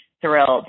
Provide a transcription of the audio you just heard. thrilled